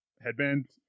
headband